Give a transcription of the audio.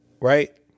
Right